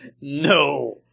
No